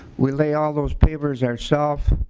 we lay all those papers are self.